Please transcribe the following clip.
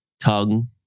tongue